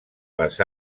les